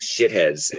shitheads